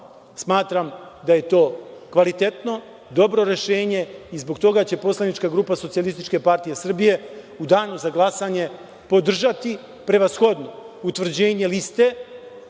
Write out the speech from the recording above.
smatram da je to kvalitetno, dobro rešenje i zbog toga će poslanička grupa SPS u danu za glasanje podržati prevashodno utvrđenje liste